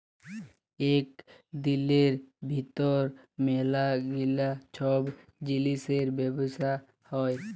ইক দিলের ভিতর ম্যালা গিলা ছব জিলিসের ব্যবসা হ্যয়